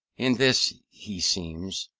in this he seems,